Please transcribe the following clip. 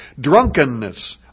drunkenness